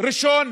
ראשון